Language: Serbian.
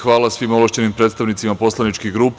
Hvala svim ovlašćenim predstavnicima poslaničkih grupa.